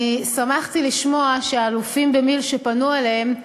אני שמחתי לשמוע שהאלופים במיל' שפנו אליהם,